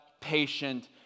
patient